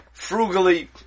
frugally